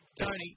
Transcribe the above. Tony